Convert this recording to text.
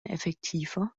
effektiver